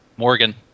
Morgan